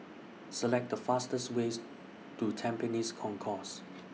Select The fastest ways to Tampines Concourse